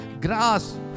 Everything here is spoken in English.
grass